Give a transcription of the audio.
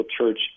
church